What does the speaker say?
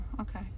Okay